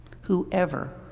Whoever